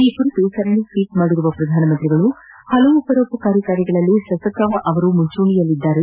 ಈ ಕುರಿತು ಸರಣಿ ಟ್ಲೀಟ್ ಮಾಡಿರುವ ಪ್ರಧಾನಿ ಹಲವಾರು ಪರೋಪಕಾರಿ ಕಾರ್ಯಗಳಲ್ಲಿ ಸಸಕಾವ ಅವರು ಮುಂಚೂಣಿಯಲ್ಲಿದ್ದಾರೆ